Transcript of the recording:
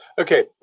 Okay